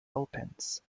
opens